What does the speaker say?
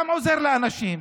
גם עוזר לאנשים,